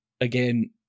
again